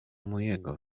mojego